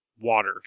water